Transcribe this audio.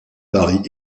paris